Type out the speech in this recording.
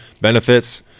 benefits